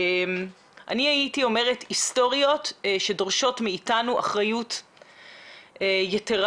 אני הייתי אומרת היסטוריות שדורשות מאתנו אחריות יתרה,